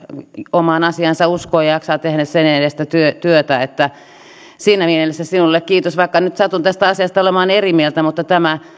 omaan asiaansa uskoo ja jaksaa tehdä sen edestä työtä työtä siinä mielessä sinulle kiitos vaikka nyt satun tästä asiasta olemaan eri mieltä mutta tämä